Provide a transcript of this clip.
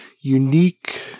unique